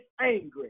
angry